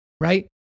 right